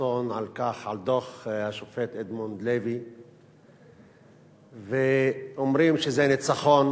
רצון על דוח השופט אדמונד לוי ואומרים שזה ניצחון